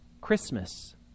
Christmas